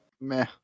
meh